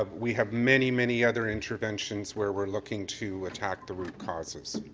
um we have many, many other interventions where we're looking to attack the root causes.